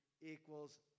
equals